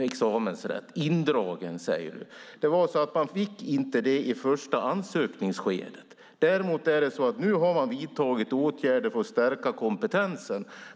examensrätten indragen. Indragen, säger du. Man fick inte tillstånd i första ansökningsskedet. Däremot har man nu vidtagit åtgärder för att stärka kompetensen.